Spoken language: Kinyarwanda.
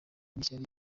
n’ishyari